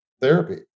therapy